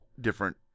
different